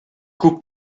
күп